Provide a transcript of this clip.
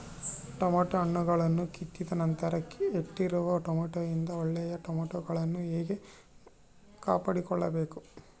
Tomato ಹಣ್ಣುಗಳನ್ನು ಕಿತ್ತಿದ ನಂತರ ಕೆಟ್ಟಿರುವ ಟೊಮೆಟೊದಿಂದ ಒಳ್ಳೆಯ ಟೊಮೆಟೊಗಳನ್ನು ಹೇಗೆ ಕಾಪಾಡಿಕೊಳ್ಳಬೇಕು?